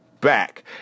back